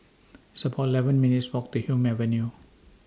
It's about eleven minutes' Walk to Hume Avenue